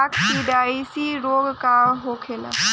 काकसिडियासित रोग का होखेला?